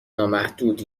نامحدود